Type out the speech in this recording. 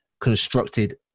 constructed